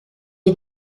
est